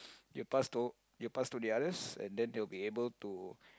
you'll pass to you'll pass to the others and then they will be able to